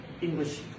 English